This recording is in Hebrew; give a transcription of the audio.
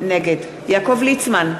נגד יעקב ליצמן,